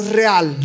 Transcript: real